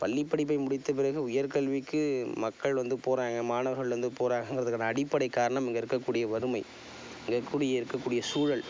பள்ளிப் படிப்பை முடித்த பிறகு உயர்கல்விக்கு மக்கள் வந்து போகிறாங்க மாணவர்கள் வந்து போகிறாங்கங்கறத்துக்கான அடிப்படை காரணம் இங்கே இருக்கக்கூடிய வறுமை இங்கே இருக்கக்கூடிய இருக்கக்கூடிய சூழல்